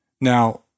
Now